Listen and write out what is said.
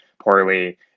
poorly